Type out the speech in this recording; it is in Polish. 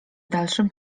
dalszym